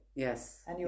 yes